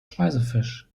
speisefisch